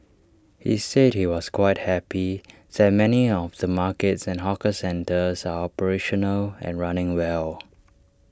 he said he was quite happy that many of the markets and hawker centres are operational and running well